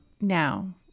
now